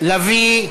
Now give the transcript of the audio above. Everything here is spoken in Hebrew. לביא,